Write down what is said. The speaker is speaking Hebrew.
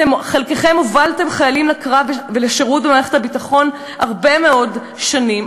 חלקכם הובלתם חיילים לקרב ולשירות במערכת הביטחון הרבה מאוד שנים.